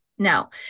Now